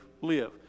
live